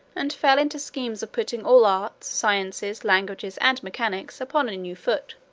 and fell into schemes of putting all arts, sciences, languages, and mechanics, upon and a new foot.